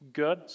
good